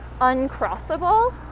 uncrossable